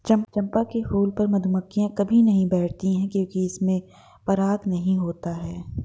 चंपा के फूल पर मधुमक्खियां कभी नहीं बैठती हैं क्योंकि इसमें पराग नहीं होता है